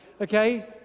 Okay